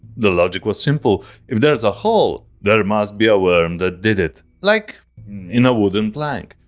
the logic was simple if there's a hole, there must be a worm that did it. like in a wooden plank.